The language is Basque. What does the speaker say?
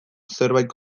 zerbait